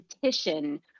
petition